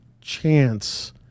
chance